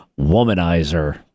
womanizer